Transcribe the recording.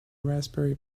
raspberry